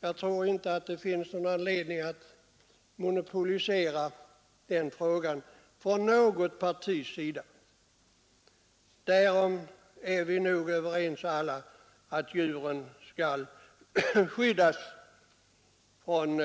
Jag tror inte att det finns någon anledning för något parti att monopolisera den frågan. Vi är nog alla överens om att djuren skall skyddas från